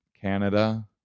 canada